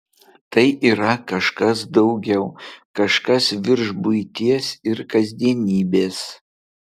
tai yra kažkas daugiau kažkas virš buities ir kasdienybės